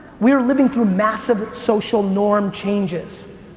we are living through massive social norm changes.